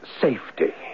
Safety